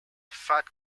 fat